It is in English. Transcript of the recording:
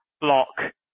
Block